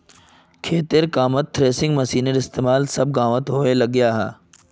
खेतिर कामोत थ्रेसिंग मशिनेर इस्तेमाल सब गाओंत होवा लग्याहा